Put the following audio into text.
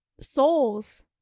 souls